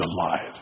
alive